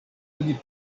oni